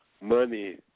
money